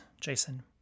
Jason